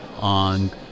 on